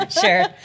Sure